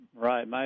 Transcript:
Right